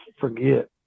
forget